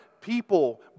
people